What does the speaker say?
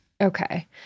Okay